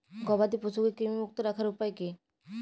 গবাদি পশুকে কৃমিমুক্ত রাখার উপায় কী?